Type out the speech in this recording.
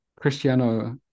Cristiano